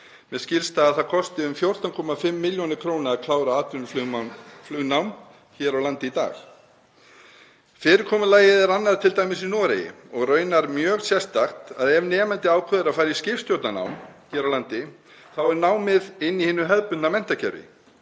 Mér skilst að það kosti um 14,5 millj. kr. að klára atvinnuflugmannsnám hér á landi í dag. Fyrirkomulagið er t.d. annað í Noregi og raunar er mjög sérstakt að ef nemandi ákveður að fara í skipstjórnarnám hér á landi er námið inni í hinu hefðbundna menntakerfi,